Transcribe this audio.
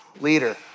leader